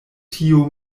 tio